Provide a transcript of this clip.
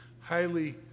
highly